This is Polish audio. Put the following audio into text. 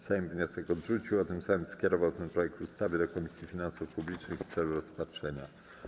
Sejm wniosek odrzucił, a tym samym skierował ten projekt ustawy do Komisji Finansów Publicznych w celu rozpatrzenia.